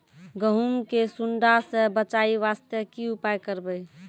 गहूम के सुंडा से बचाई वास्ते की उपाय करबै?